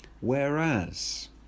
Whereas